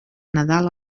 nadal